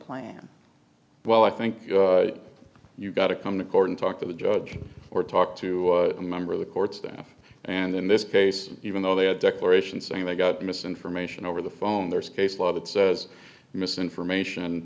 plan well i think you've got to come to court and talk to the judge or talk to a member of the court staff and in this case even though they a declaration saying they got misinformation over the phone there's case law that says misinformation